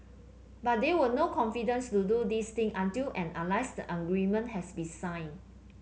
but there will no confidence to do this thing until and unless agreement has been signed